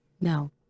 no